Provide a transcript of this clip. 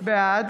בעד